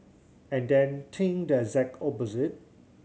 and then think the exact opposite